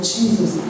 Jesus